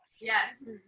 Yes